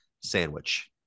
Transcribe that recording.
sandwich